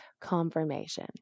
confirmation